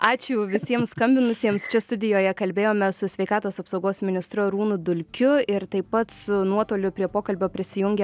ačiū visiems skambinusiems čia studijoje kalbėjomės su sveikatos apsaugos ministru arūnu dulkiu ir taip pat su nuotoliu prie pokalbio prisijungė